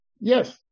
Yes